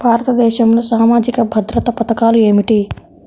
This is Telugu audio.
భారతదేశంలో సామాజిక భద్రతా పథకాలు ఏమిటీ?